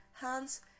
hands